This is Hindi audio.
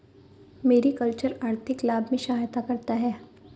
मेरिकल्चर आर्थिक लाभ में सहायता करता है